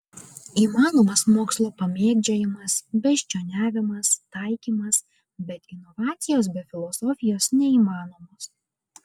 įmanomas mokslo pamėgdžiojimas beždžioniavimas taikymas bet inovacijos be filosofijos neįmanomos